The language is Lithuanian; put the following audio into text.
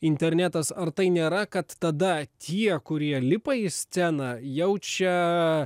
internetas ar tai nėra kad tada tie kurie lipa į sceną jaučia